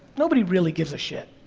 nobody really gives a shit.